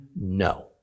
no